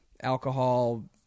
alcohol